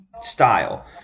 style